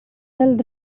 del